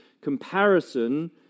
comparison